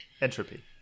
entropy